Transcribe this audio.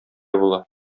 була